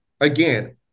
again